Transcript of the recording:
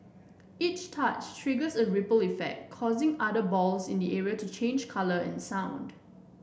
each touch triggers a ripple effect causing other balls in the area to change colour and sound